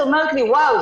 שאומרת לי: וואו,